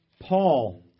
Paul